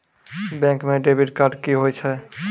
Bank म debit card की होय छै?